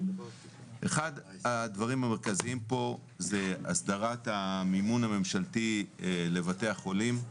אחד הדברים המרכזיים פה הוא הסדרת המימון הממשלתי לבתי החולים,